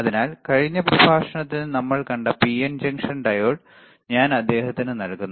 അതിനാൽ കഴിഞ്ഞ പ്രഭാഷണത്തിൽ നമ്മൾ കണ്ട പിഎൻ ജംഗ്ഷൻ ഡയോഡ് ഞാൻ അദ്ദേഹത്തിന് നൽകുന്നു